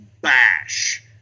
bash